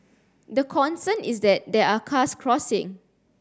the concern is that there are cars crossing